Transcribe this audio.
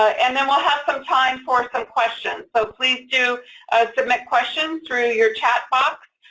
and then we'll have some time for some questions. so please do submit questions through your chat box.